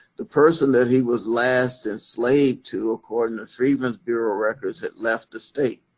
the person that he was last enslaved to, according to freedmen's bureau records, had left the state.